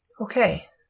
Okay